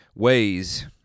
ways